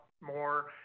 more